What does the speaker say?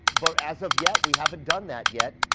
but as of yet, we haven't done that yet.